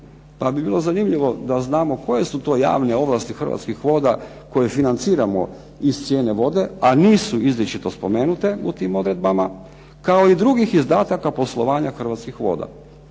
Pa bi bilo zanimljivo da znamo koje su to javne ovlasti Hrvatski voda, koje financiramo iz cijene vode, a nisu izričito spomenute u tim odredbama, kao i drugih izdataka poslovanja Hrvatski voda.